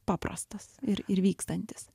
paprastas ir ir vykstantis